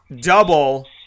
double